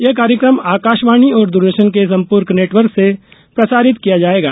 यह कार्यक्रम आकाशवाणी और दूरदर्शन के सम्पूर्ण नेटवर्क से प्रसारित किया जायेगा